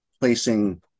placing